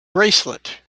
bracelet